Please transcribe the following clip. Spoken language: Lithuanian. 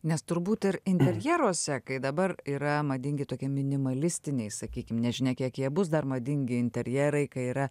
nes turbūt ir interjeruose kai dabar yra madingi tokie minimalistiniai sakykim nežinia kiek jie bus dar madingi interjerai kai yra